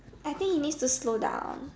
I think he needs to slow down